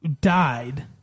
died